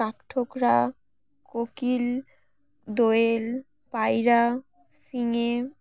কাঠ ঠোকরা কোকিল দোয়েল পায়রা ফিঙে